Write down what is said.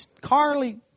Carly